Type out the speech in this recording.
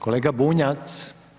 Kolega Bunjac.